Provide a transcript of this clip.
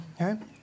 okay